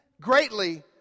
greatly